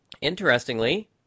interestingly